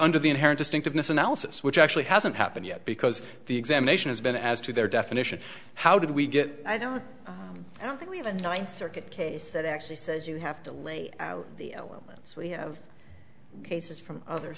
under the inherent distinctiveness analysis which actually hasn't happened yet because the examination has been as to their definition how did we get i don't i don't think we have a ninth circuit case that actually says you have to lay out the elements we have cases from other